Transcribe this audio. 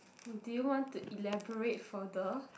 do you want to elaborate further